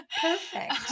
Perfect